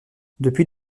depuis